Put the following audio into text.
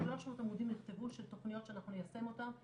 300 עמודים נכתבו של תכניות שאנחנו ניישם אותם,